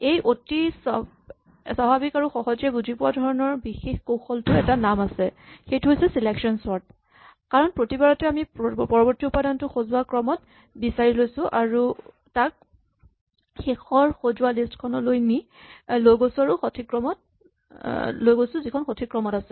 এই অতি স্বাভাৱিক আৰু সহজে বুজি পোৱা ধৰণৰ বিশেষ কৌশলটোৰ এটা নাম আছে সেইটো হৈছে চিলেকচন চৰ্ট কাৰণ প্ৰতিবাৰতে আমি পৰৱৰ্তী উপাদানটো সজোৱা ক্ৰমত বিচাৰি লৈছো আৰু তাক শেষৰ সজোৱা লিষ্ট খনলৈ লৈ গৈছো যিখন সঠিক ক্ৰমত আছে